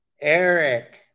Eric